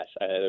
yes